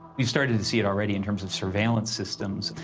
we've started to see it already in terms of surveillance systems.